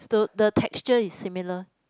so the texture is similar